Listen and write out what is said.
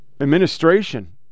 administration